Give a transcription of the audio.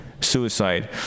suicide